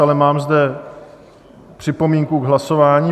Ale mám zde připomínku k hlasování.